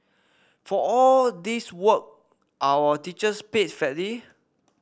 for all this work are our teachers paid fairly